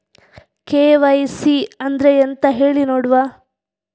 KYC ಅಂದ್ರೆ ಎಂತ ಹೇಳಿ ನೋಡುವ?